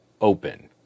open